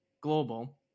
Global